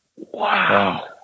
wow